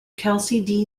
kelsey